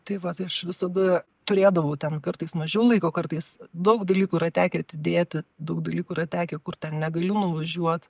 tai va tai aš visada turėdavau ten kartais mažiau laiko kartais daug dalykų yra tekę atidėti daug dalykų yra tekę kur ten negali nuvažiuot